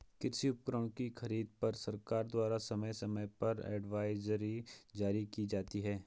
कृषि उपकरणों की खरीद पर सरकार द्वारा समय समय पर एडवाइजरी जारी की जाती है